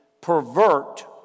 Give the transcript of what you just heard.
pervert